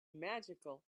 magical